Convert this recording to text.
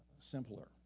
simpler